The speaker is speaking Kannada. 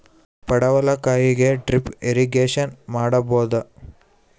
ಪಡವಲಕಾಯಿಗೆ ಡ್ರಿಪ್ ಇರಿಗೇಶನ್ ಮಾಡಬೋದ?